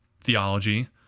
theology